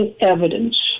evidence